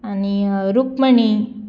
आनी रुक्मणी